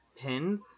pins